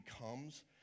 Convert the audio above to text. becomes